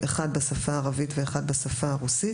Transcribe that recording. אחד בשפה הערבית ואחד בשפה הרוסית,